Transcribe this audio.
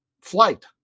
flight